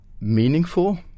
meaningful